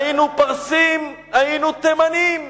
היינו פרסים, היינו תימנים,